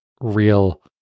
real